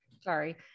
sorry